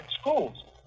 schools